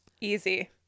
easy